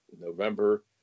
November